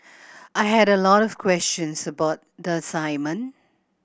I had a lot of questions about the assignment